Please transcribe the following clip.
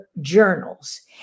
journals